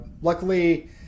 Luckily